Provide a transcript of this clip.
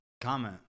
comment